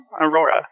Aurora